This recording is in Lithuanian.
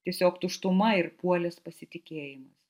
tiesiog tuštuma ir puolęs pasitikėjimas